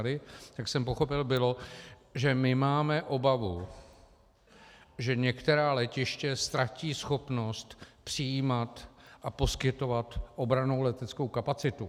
Tak jsem pochopil, bylo, že máme obavu, že některá letiště ztratí schopnost přijímat a poskytovat obrannou leteckou kapacitu.